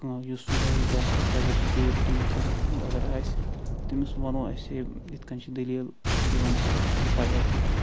کانٛہہ یُس زٲنکار آسہِ سایبر سِکیورٹی نفر آسہِ تٔمِس ونو أسۍ یتھ کٔنۍ چھِ دلیٖل تہِ ونتہٕ کتھ کٔنۍ اگر پاے آسہِ نہٕ کینٛہہ